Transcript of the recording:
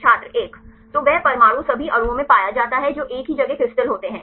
छात्र 1 तो वह परमाणु सभी अणुओं में पाया जाता है जो एक ही जगह क्रिस्टल होते हैं